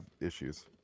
issues